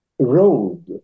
Road